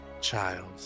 Child